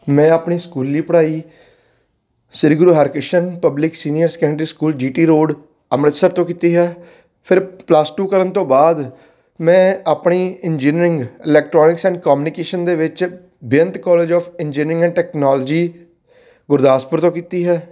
ਮੈਂ ਆਪਣੀ ਸਕੂਲੀ ਪੜ੍ਹਾਈ Shri Guru Harkrishan public senior secondary school G T road Amritsar ਤੋਂ ਕੀਤੀ ਹੈ ਫਿਰ ਪਲੱਸ ਟੂ ਕਰਨ ਤੋਂ ਬਾਅਦ ਮੈਂ ਆਪਣੀ ਇੰਜੀਨੀਰਿੰਗ ਇਲੈਕਟ੍ਰੋਨਿਕਸ ਐਂਡ ਕਮਿਊਨੀਕੇਸ਼ਨ ਦੇ ਵਿੱਚ Beant college of engineering and technology Gurdaspur ਤੋਂ ਕੀਤੀ ਹੈ